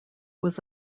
was